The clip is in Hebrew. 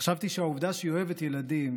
חשבתי שהעובדה שהיא אוהבת ילדים,